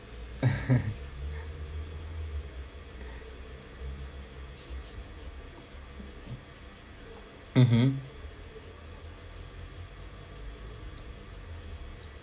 mmhmm